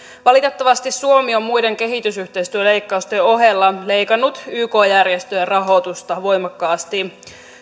valitettavasti suomi on muiden kehitysyhteistyöleikkausten ohella leikannut yk järjestöjen rahoitusta voimakkaasti